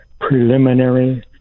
preliminary